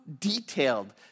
detailed